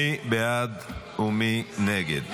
מי בעד ומי נגד?